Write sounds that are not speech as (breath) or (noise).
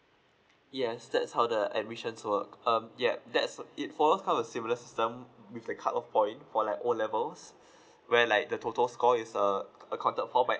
yes that's how the admissions work um yup that's it falls kind of similar system with the cut off point for like O levels (breath) where like the total score is err accounted for by